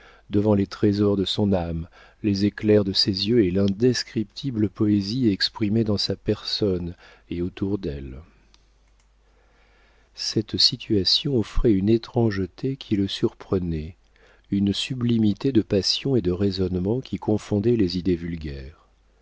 devant les trésors de son âme les éclairs de ses yeux et l'indescriptible poésie exprimée dans sa personne et autour d'elle cette situation offrait une étrangeté qui le surprenait une sublimité de passion et de raisonnement qui confondait les idées vulgaires